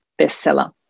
bestseller